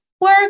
work